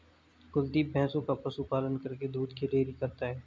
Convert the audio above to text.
कुलदीप भैंसों का पशु पालन करके दूध की डेयरी करता है